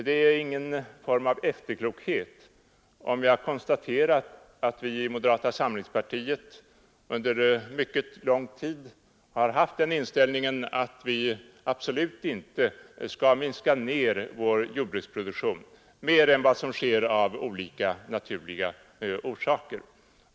Det är ingen form av efterklokhet om jag konstaterar att vi i moderata samlingspartiet under mycket lång tid har haft inställningen att vi här i landet absolut inte skall minska vår jordbruksproduktion mer än vad som sker av olika naturliga orsaker.